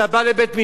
אתה בא לבית-משפט,